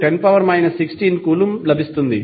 63910 16 coulomb లభిస్తుంది